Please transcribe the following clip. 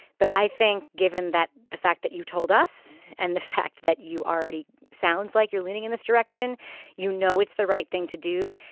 but i think given that the fact that you told us and the fact that you already sounds like you're leaning in this direction you know it's the right thing to do.